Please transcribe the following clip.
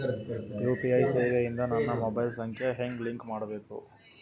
UPI ಸೇವೆ ಇಂದ ನನ್ನ ಮೊಬೈಲ್ ಸಂಖ್ಯೆ ಹೆಂಗ್ ಲಿಂಕ್ ಮಾಡಬೇಕು?